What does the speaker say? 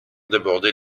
d’aborder